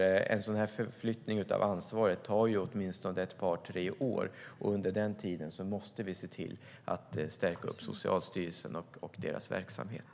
En förflyttning av ansvaret tar åtminstone ett par tre år. Under den tiden måste vi se till att stärka Socialstyrelsens verksamhet.